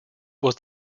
was